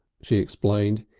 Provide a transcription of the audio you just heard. she explained.